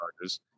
charges